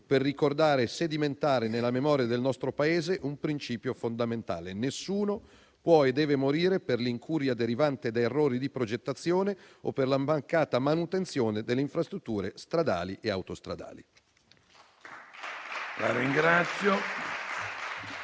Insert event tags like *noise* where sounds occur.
per ricordare e sedimentare nella memoria del nostro Paese un principio fondamentale: nessuno può e deve morire per l'incuria derivante da errori di progettazione o per la mancata manutenzione delle infrastrutture stradali e autostradali. *applause*